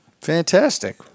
fantastic